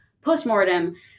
post-mortem